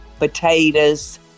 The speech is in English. potatoes